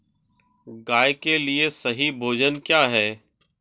गाय के लिए सही भोजन क्या है?